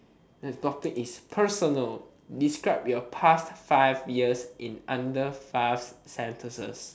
the topic is personal describe your past five years in under five sentences